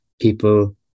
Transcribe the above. people